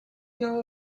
know